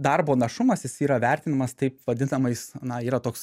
darbo našumas jis yra vertinamas taip vadinamais na yra toks